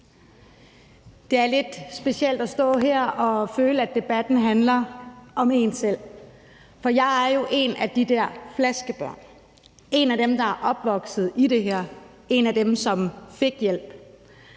Det er lidt specielt at stå her og føle, at debatten handler om en selv, for jeg er jo en af de der flaskebørn, en af dem, der er opvokset i det her, en af dem, som fik hjælp.